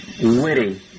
witty